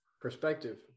Perspective